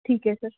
ਠੀਕ ਹੈ ਸਰ